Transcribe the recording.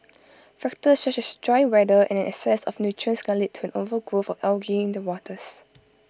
factors such as dry weather and an excess of nutrients can lead to an overgrowth of algae in the waters